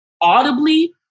audibly